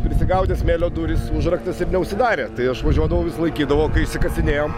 prisigaudė smėlio durys užraktas ir neužsidarė tai aš važiuodavau jis laikydavo išsikasinėjom